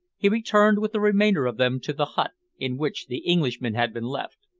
he returned with the remainder of them to the hut in which the englishmen had been left.